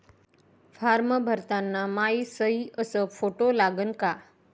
Form भरताना मायी सयी अस फोटो लागन का?